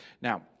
Now